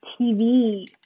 TV